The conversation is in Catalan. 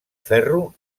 ferro